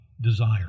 desire